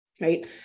right